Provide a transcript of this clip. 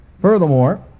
furthermore